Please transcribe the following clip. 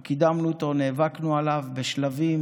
אנחנו קידמנו אותו, נאבקנו עליו בשלבים,